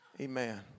Amen